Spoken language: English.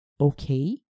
Okay